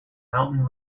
mountain